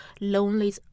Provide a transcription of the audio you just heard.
lonely